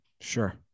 Sure